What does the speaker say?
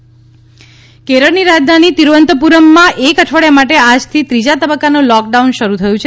Kerala lockdown કેરળની રાજધાની તિરૂઅનંતપુરમમાં એક અઠવાડિયા માટે આજથી ત્રીજા તબક્કાનું લૉકડાઉન શરૂ થયું છે